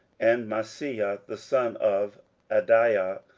and maaseiah the son of adaiah,